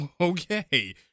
Okay